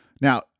Now